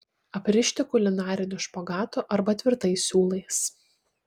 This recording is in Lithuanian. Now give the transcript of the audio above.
aprišti kulinariniu špagatu arba tvirtais siūlais